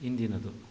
ಹಿಂದಿನದು